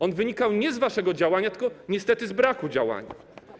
On wynikał nie z waszego działania, tylko niestety z braku działania.